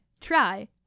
try